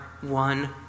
one